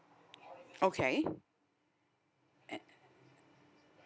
okay